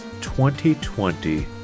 2020